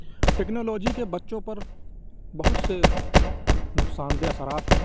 technology کے بچوں پر بہت سے نقصان دہ اثرات ہیں